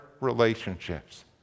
relationships